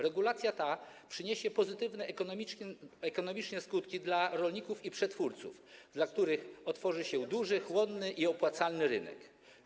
Regulacja ta przyniesie pozytywne ekonomicznie skutki dla rolników i przetwórców, dla których otworzy się duży, chłonny i opłacalny rynek.